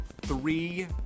three